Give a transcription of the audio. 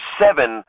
seven